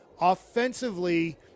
Offensively